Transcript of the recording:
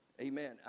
Amen